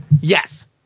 Yes